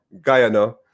Guyana